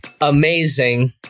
Amazing